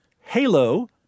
halo